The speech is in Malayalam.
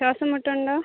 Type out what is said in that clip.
ശ്വാസംമുട്ട് ഉണ്ടോ